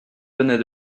venait